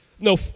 no